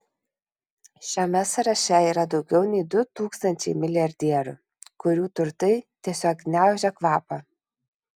šiame sąraše yra daugiau nei du tūkstančiai milijardierių kurių turtai tiesiog gniaužia kvapą